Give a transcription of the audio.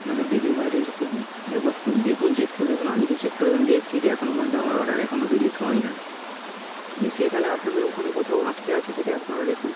আপনাদের ডেলিভারিরকে একবার দেখুন চেক করে দেখুন আমি তো চেক করে দেখুন দেখছি তো এখনও পর্যন্ত আমার অর্ডার এখনও রিলিজ হয়নি নিশ্চয়ই তাহলে আপনাদের ওখানে কোথাও আটকে আছে সেটাই আপনারা দেখুন